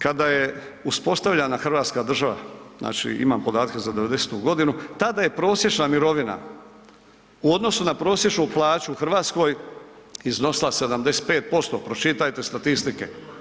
Kada je uspostavljena hrvatska država, znači imam podatke za '90.g., tada je prosječna mirovina u odnosu na prosječnu plaću u RH iznosila 75%, pročitajte statistike.